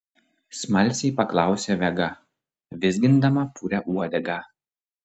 smalsiai paklausė vega vizgindama purią uodegą